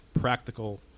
practical